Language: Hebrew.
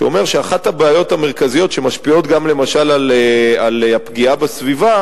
שאומרת שאחת הבעיות המרכזיות שמשפיעות למשל גם על הפגיעה בסביבה